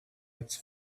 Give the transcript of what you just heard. its